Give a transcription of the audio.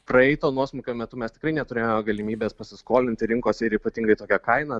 praeito nuosmukio metu mes tikrai neturėjome galimybės pasiskolinti rinkose ir ypatingai tokia kaina